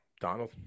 Donald